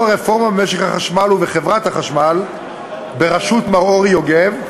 רפורמה במשק החשמל ובחברת החשמל בראשות מר אורי יוגב,